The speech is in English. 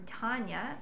Tanya